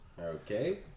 Okay